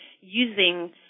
using